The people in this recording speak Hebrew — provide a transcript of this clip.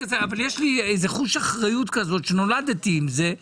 אבל יש לי איזה חוש אחריות כזאת שנולדתי עם זה,